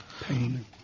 pain